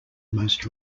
most